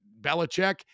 Belichick